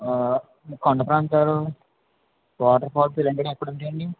కొండ ప్రాంతాలు వాటర్ఫాల్స్ ఇవన్నీ ఎక్కడుంటాయండి